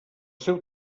seu